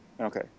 okay